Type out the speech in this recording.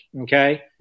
Okay